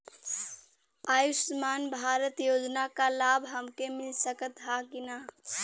आयुष्मान भारत योजना क लाभ हमके मिल सकत ह कि ना?